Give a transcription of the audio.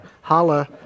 holla